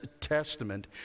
Testament